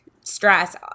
stress